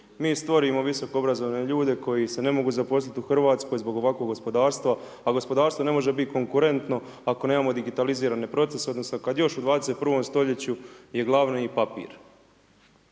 Mi stvorimo visoko obrazovane ljude koji se ne mogu zaposliti u Hrvatskoj zbog ovakvog gospodarstva a gospodarstvo ne može biti konkurentno ako nemamo digitalizirane procese, odnosno kad još u 21. stoljeću je glavni papir.